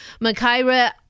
Makaira